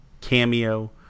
Cameo